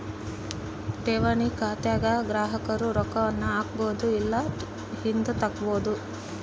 ಠೇವಣಿ ಖಾತೆಗ ಗ್ರಾಹಕರು ರೊಕ್ಕವನ್ನ ಹಾಕ್ಬೊದು ಇಲ್ಲ ಹಿಂದುಕತಗಬೊದು